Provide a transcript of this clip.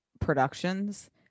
productions